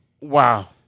Wow